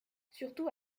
surtout